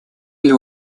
для